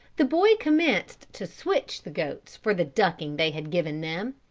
the boy commenced to switch the goats for the ducking they had given them,